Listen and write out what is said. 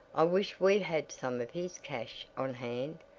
i wish we had some of his cash on hand.